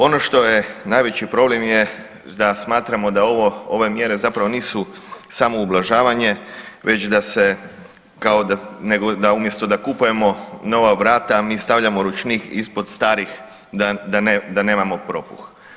Ono što je, najveći problem je da smatramo da ovo, ove mjere zapravo nisu samo ublažavanje već da se, kao da, nego da umjesto da kupujemo nova vrata mi stavljamo ručnik ispod starih da nemamo propuh.